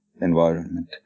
environment